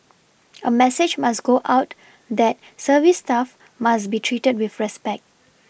a message must go out that service staff must be treated with respect